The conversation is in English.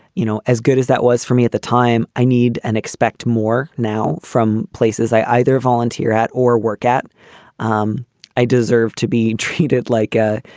you know, as good as that was for me at the time, i need and expect more now from places i either volunteer at or work at um i deserve to be treated like a,